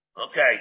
Okay